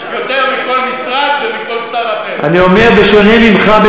אני אומר, בשונה ממך,